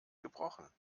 gebrochen